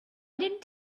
didn’t